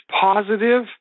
Positive